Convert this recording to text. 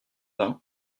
vingt